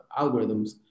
algorithms